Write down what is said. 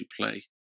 play